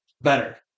better